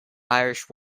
irish